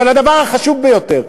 אבל הדבר החשוב ביותר,